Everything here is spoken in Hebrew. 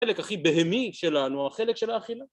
החלק הכי בהמי שלנו, החלק של האכילה.